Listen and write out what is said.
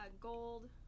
gold